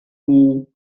nhw